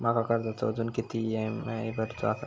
माझ्या कर्जाचो अजून किती ई.एम.आय भरूचो असा?